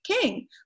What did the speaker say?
king